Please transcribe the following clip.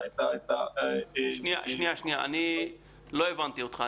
אני לא הבנתי אותך.